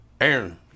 Aaron